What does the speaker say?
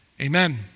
Amen